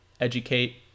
educate